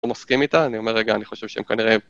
הוא מסכים איתה אני אומר רגע אני חושב שהם כנראה.